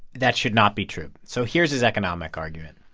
that should not be true. so here's his economic argument